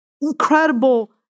incredible